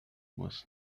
was